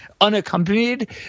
unaccompanied